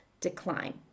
decline